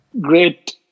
great